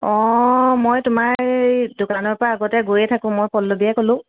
অ' মই তোমাৰ দোকানৰ পৰা আগতে গৈয়ে থাকোঁ মই পল্লবিয়ে ক'লোঁ